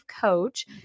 coach